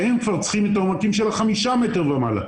והם צריכים את העומק של חמישה מטרים ומעלה.